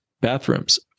bathrooms